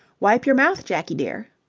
wipe your mouth, jakie dear.